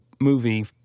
movie